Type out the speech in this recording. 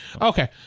Okay